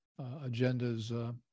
agendas